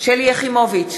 שלי יחימוביץ,